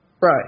Right